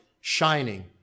shining